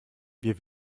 wir